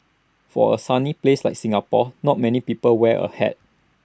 for A sunny place like Singapore not many people wear A hat